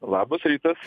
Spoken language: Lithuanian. labas rytas